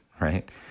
right